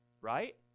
right